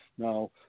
Now